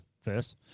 first